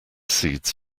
seeds